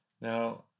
now